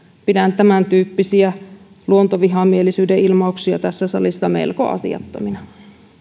pidän tämäntyyppisiä luontovihamielisyyden ilmauksia tässä salissa melko asiattomina